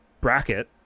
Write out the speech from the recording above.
bracket